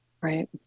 right